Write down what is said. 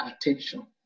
attention